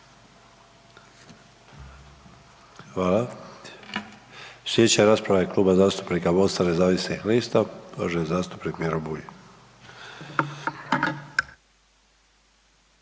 Hvala. Slijedeća rasprava je Kluba zastupnika MOST-a nezavisnih lista, uvaženi zastupnik Miro Bulj.